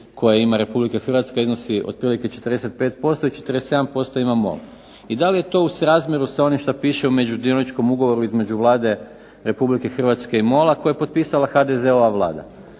koji ima Republika Hrvatska, iznosi otprilike 45% i 47% ima MOL i da li je to srazmjeru s onim što piše u međudioničkom ugovoru između Vlade Republike Hrvatske i Mol-a koji je potpisala HDZ-ova Vlada.